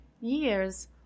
years